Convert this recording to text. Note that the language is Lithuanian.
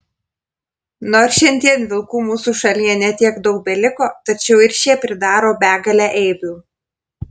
nors šiandien vilkų mūsų šalyje ne tiek daug beliko tačiau ir šie pridaro begalę eibių